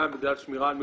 גם בגלל שמירה על מקורות.